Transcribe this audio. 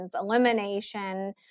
elimination